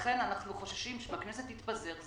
לכן אנחנו חוששים שאם הכנסת תתפזר,